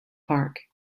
park